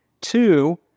Two